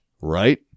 right